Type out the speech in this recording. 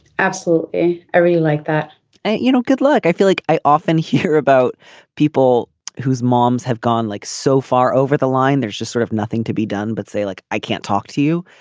absolutely. i really like that and you know good luck. i feel like i often hear about people whose moms have gone like so far over the line there's just sort of nothing to be done but say like i can't talk to you.